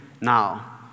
now